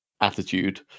attitude